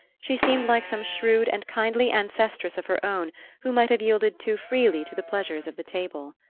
she seemed like some shrewd and kindly ancestress of her own who might have yielded too freely to the pleasures of the table.